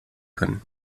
können